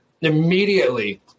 immediately